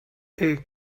est